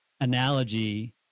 analogy